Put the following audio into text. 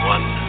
One